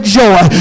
joy